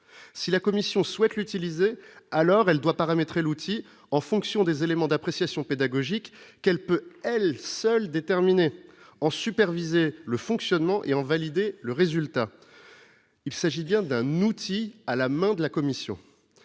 si la commission souhaite l'utiliser, alors elle doit paramétrer l'outil en fonction des éléments d'appréciation pédagogique qu'peut-elle seule déterminé en superviser le fonctionnement et ont validé le résultat, il s'agit bien d'un outil à l'amende, la commission